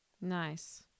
nice